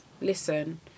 listen